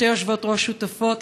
שתי יושבות-ראש שותפות,